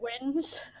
wins